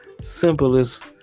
simplest